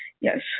Yes